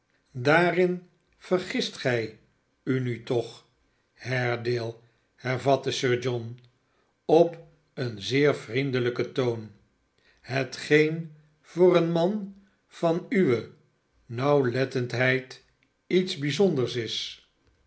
sdaarin vergist gij u nu toch haredale hervatte sir john op een zeer vriendelijken toon hetgeen voor een man van uwe nauwlettendheid iets bijzonders is